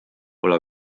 pole